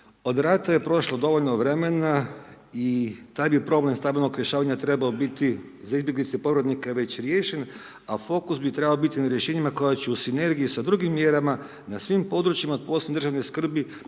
Od rata je prošlo dovoljno vremena i taj bi problem stambenog rješavanja trebao biti za izbjeglice i povratnike već riješen, a fokus bi trebao biti na rješenjima koja će u sinergiji sa drugim mjerama na svim područjima od posebne državne skrbi,